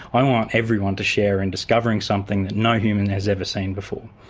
i want everyone to share in discovering something that no human has ever seen before.